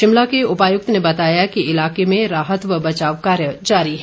शिमला के उपायुक्त ने बताया कि इलाके में राहत व बचाव कार्य जारी है